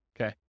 Okay